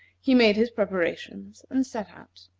he made his preparations, and set out.